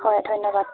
হয় ধন্যবাদ